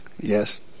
Yes